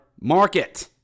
market